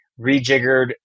rejiggered